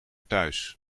thuis